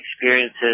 experiences